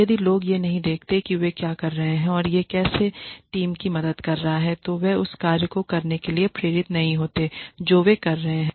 यदि लोग यह नहीं देखते हैं कि वे क्या कर रहे हैं और यह कैसे टीम की मदद कर रहा है तो वे उस कार्य को करने के लिए प्रेरित नहीं होते हैं जो वे कर रहे हैं